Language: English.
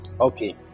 Okay